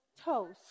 toast